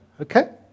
Okay